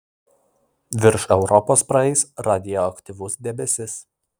virš europos praeis radioaktyvus debesis